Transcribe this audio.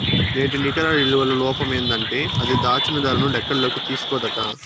నేటి నికర ఇలువల లోపమేందంటే అది, దాచిన దరను లెక్కల్లోకి తీస్కోదట